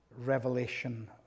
revelation